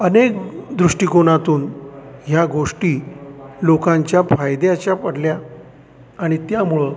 अनेक दृष्टिकोनातून ह्या गोष्टी लोकांच्या फायद्याच्या पडल्या आणि त्यामुळं